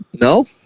No